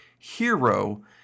hero